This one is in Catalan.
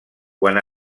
quan